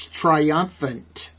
Triumphant